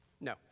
No